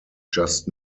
just